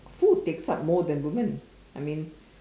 food takes up more than women I mean